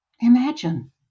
Imagine